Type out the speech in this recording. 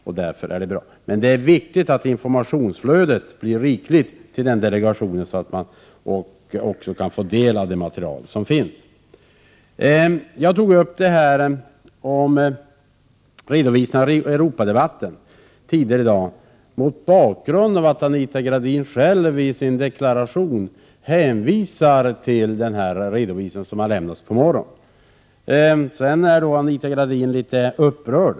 Det är bra, men det är viktigt att informationsflödet till delegationen blir rikligt, så att man kan få del av materialet. Jag tog upp detta om en redovisning av Europadebatten tidigare i dag mot bakgrund av att Anita Gradin själv i sin deklaration hänvisade till den redovisning som lämnades i morse. Anita Gradin blev då litet upprörd.